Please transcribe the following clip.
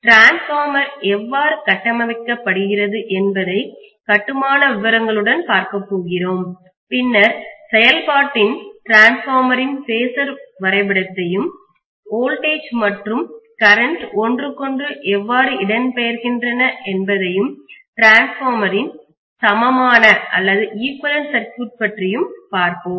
transformer எவ்வாறு கட்டமைக்கப்படுகிறது என்பதை கட்டுமான விவரங்களுடன் பார்க்கப் போகிறோம் பின்னர் செயல்பாட்டின் டிரான்ஸ்பார்மரின் பேஸர் வரைபடத்தையும் வோல்டேஜ் மற்றும் கரண்ட் ஒன்றுக்கொன்று எவ்வாறு இடம்பெயர்கின்றன என்பதையும் டிரான்ஸ்பார்மரின் சமமான சர்க்யூட் பற்றியும் பார்ப்போம்